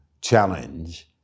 challenge